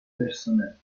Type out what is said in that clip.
personal